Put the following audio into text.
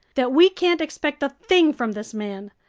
that we can't expect a thing from this man.